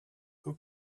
who